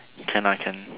can I can